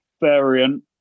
variant